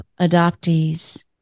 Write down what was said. adoptees